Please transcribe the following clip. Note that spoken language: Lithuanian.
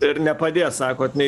ir nepadės sakot nei